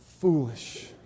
foolish